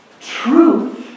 Truth